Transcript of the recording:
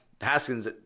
Haskins